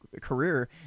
career